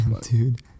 dude